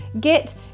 get